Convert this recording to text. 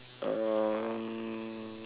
um